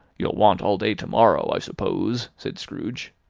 you'll want all day to-morrow, i suppose? said scrooge.